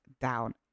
down